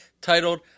titled